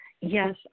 Yes